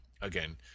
Again